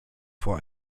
vor